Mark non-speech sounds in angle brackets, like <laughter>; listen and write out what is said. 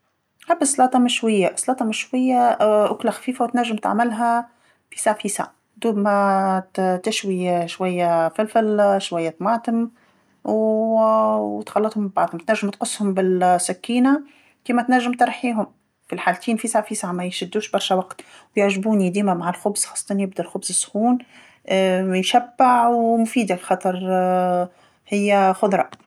نحب السلاطه مشويه، السلاطه مشويه <hesitation> أكله خفيفه وتنجم تعملها فيسا فيسا دوب ما- ت- تشوي <hesitation> شويه <hesitation> فلفل <hesitation> شويه طماطم و <hesitation> تخلطهم ببعضهم، تنجم تقصهم بال-السكينه كيما تنجم ترحيهم، في الحالتين فيسا فيسا مايشدوش برشا وقت، يعجبوني ديما مع الخبز، خاصة يبدا الخبز سخون <hesitation> يشبع ومفيد خاطر <hesitation> هي خضرا.